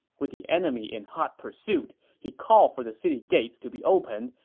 with the enemy in hot pursuit, he called for the city gates to be opened,